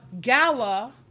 gala